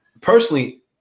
Personally